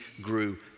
grew